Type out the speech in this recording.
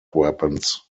weapons